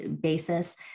basis